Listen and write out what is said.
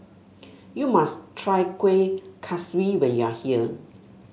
you must try Kueh Kaswi when you are here